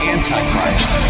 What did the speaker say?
Antichrist